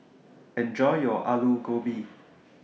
Enjoy your Alu Gobi